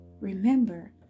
Remember